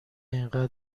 اینقدر